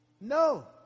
No